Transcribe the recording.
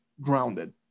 grounded